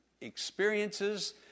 experiences